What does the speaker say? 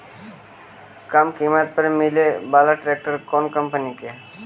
कम किमत पर मिले बाला ट्रैक्टर कौन कंपनी के है?